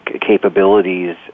Capabilities